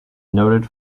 noted